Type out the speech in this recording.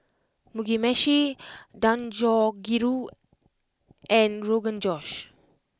Mugi Meshi Dangojiru and Rogan Josh